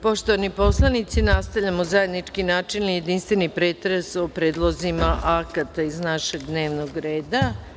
Poštovani poslanici nastavljamo zajednički načelni i jedinstveni pretres o predlozima akata iz našeg dnevnog reda.